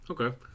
okay